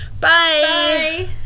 Bye